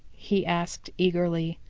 he asked eagerly.